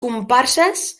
comparses